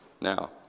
now